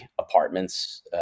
apartments